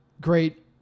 great